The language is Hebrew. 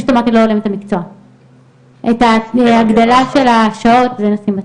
את ההגדלה של השעות נשים בצד.